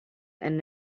and